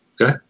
okay